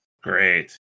Great